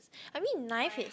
I mean knife is